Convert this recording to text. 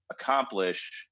accomplish